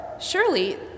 surely